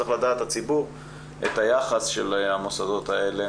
הציבור צריך לדעת מה היחס של המוסדות האלה